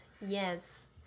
Yes